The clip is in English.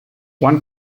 one